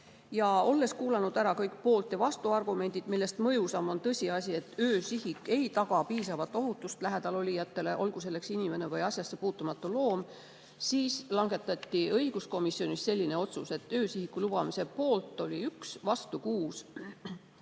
Olles kuulanud ära kõik poolt‑ ja vastuargumendid, millest mõjusaim on tõsiasi, et öösihik ei taga piisavat ohutust lähedal olijatele, olgu selleks inimene või asjasse puutumatu loom, langetati õiguskomisjonis otsus selliselt, et öösihiku lubamise poolt oli 1 ja vastu 6.